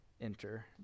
Enter